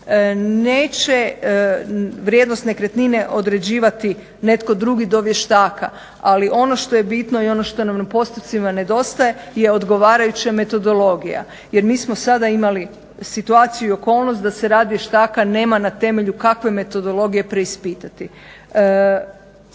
neće vrijednost nekretnine određivati netko drugi do vještaka. Ali ono što je bitno i ono što nam u postupcima nedostaje je odgovarajuća metodologija. Jer mi smo sada imali situaciju i okolnost da se rad vještaka nema na temelju kakve metodologije preispitati.